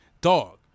Dog